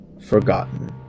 Forgotten